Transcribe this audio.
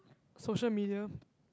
social media